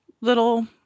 little